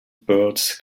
birds